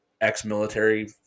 ex-military